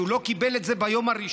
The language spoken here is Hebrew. שהוא לא קיבל את זה ביום הראשון.